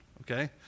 okay